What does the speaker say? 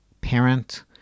parent